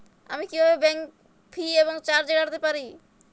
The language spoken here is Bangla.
আমি কিভাবে ব্যাঙ্ক ফি এবং চার্জ এড়াতে পারি?